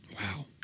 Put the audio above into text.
Wow